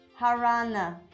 Harana